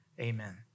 Amen